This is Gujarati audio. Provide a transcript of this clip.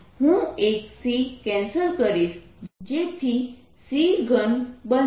હું એક c કેન્સલ કરીશ જેથી c3 બનશે